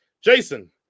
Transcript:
Jason